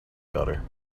better